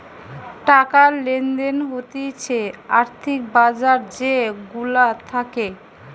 টাকা লেনদেন হতিছে আর্থিক বাজার যে গুলা থাকে